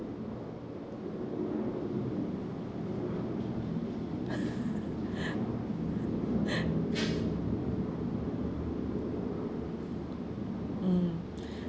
mm